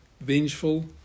vengeful